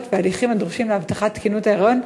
ובהליכים הדרושים להבטחת תקינות ההיריון,